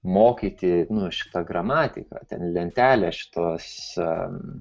mokyti nu šitą gramatiką ten lentelę šitos